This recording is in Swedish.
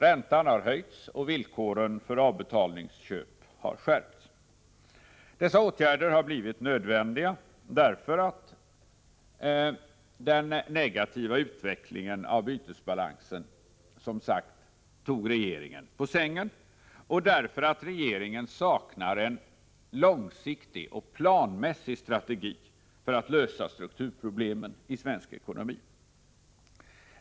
Räntan har höjts och villkoren för avbetalningsköp har skärpts. Dessa åtgärder har blivit nödvändiga därför att den negativa utvecklingen av bytesbalansen som sagt tog regeringen på sängen och därför att regeringen saknar en långsiktig och planmässig strategi för att lösa strukturproblemen i svensk ekonomi.